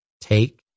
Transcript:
Take